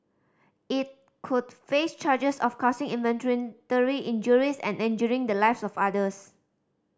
it could face charges of causing involuntary injuries and endangering the lives of others